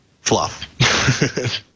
fluff